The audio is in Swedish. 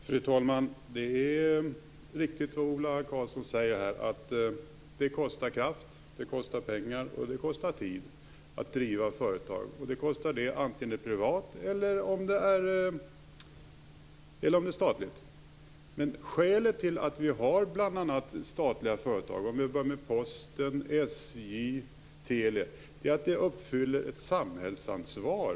Fru talman! Det är riktigt, som Ola Karlsson säger, att det kostar kraft, pengar och tid att driva företag. Det gör det oavsett om det är ett privat eller ett statligt företag. Men skälet till att vi har bl.a. statliga företag, t.ex. Posten, SJ, Telia, är att de uppfyller ett samhällsansvar.